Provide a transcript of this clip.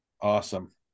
Awesome